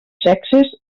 sexes